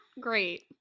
great